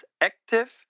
active